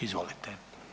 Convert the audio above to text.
Izvolite.